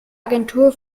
agentur